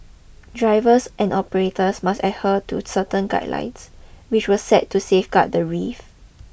drivers and operators must I heard to certain guidelines which were set to safeguard the reef